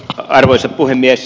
arvoisa puhemies